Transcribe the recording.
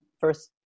first